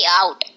out